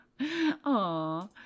Aw